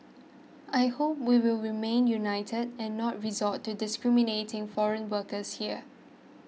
I hope we will remain united and not resort to discriminating foreign workers here